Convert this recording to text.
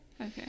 Okay